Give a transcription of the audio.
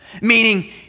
meaning